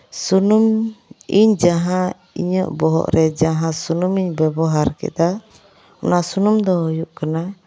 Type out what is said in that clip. ᱥᱩᱱᱩᱢ ᱤᱧ ᱡᱟᱦᱟᱸ ᱤᱧᱟᱹᱜ ᱵᱚᱦᱚᱜ ᱨᱮ ᱡᱟᱦᱟᱸ ᱥᱩᱱᱩᱢᱤᱧ ᱵᱮᱵᱚᱦᱟᱨ ᱠᱮᱫᱟ ᱚᱱᱟ ᱥᱩᱱᱩᱢ ᱫᱚ ᱦᱩᱭᱩᱜ ᱠᱟᱱᱟ